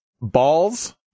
balls